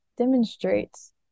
demonstrates